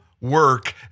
work